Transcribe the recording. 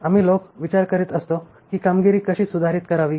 आम्ही लोक विचार करीत असतो की कामगिरी कशी सुधारित करावी